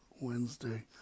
Wednesday